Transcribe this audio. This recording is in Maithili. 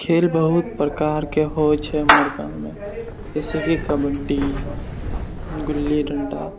खेल बहुत प्रकारके होइ छै हमर गाममे जैसे कि कबड्डी गुल्ली डण्डा